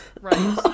Right